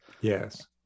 Yes